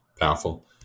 powerful